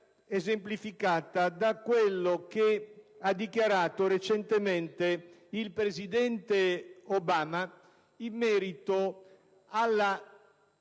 esemplificata da quello che ha dichiarato recentemente il presidente Obama in merito alla